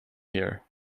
here